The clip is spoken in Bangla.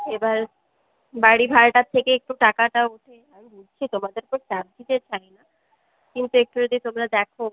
এবার বাড়িভাড়াটার থেকে একটু টাকাটা ওঠে আমি বুঝছি তোমাদেরকেও চাপ দিতে চাই না কিন্তু একটু যদি তোমরা দেখো